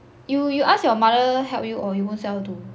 you you ask your mother help you or your own self do